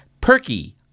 perky